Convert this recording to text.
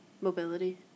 Mobility